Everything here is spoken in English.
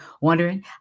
wondering